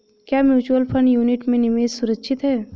क्या mutual fund unit में निवेश सुरक्षित है?